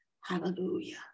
Hallelujah